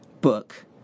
book